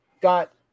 got